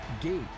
Gate